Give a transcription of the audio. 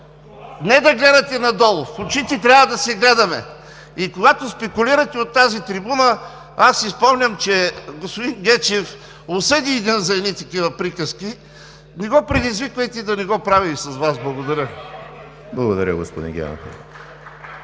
Не да гледате надолу, в очите трябва да се гледаме. И когато спекулирате от тази трибуна, аз си спомням, че господин Гечев осъди един за едни такива приказки. Не го предизвиквайте, да не го прави и с Вас. Благодаря Ви. (Шум и реплики от